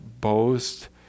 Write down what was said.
boast